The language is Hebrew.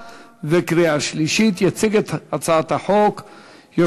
נתקבלה בקריאה שלישית והחוק ייכנס לספר החוקים של מדינת ישראל.